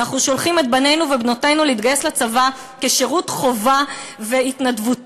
אנחנו שולחים את בנינו ובנותינו להתגייס לצבא כשירות חובה והתנדבותי,